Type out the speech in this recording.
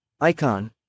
Icon